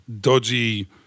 dodgy